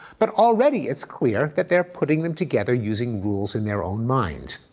but already it's clear that they are putting them together using rules in their own mind.